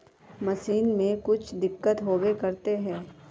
Machine में कुछ दिक्कत होबे करते है?